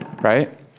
Right